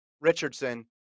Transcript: Richardson